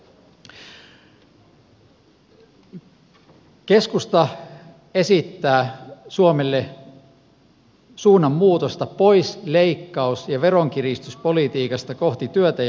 keskusta esittää suomelle suunnanmuutosta pois leikkaus ja veronkiristyspolitiikasta kohti työtä ja kasvua